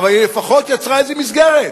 אבל היא לפחות יצרה איזה מסגרת.